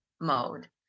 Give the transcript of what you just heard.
mode